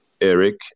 Eric